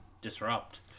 disrupt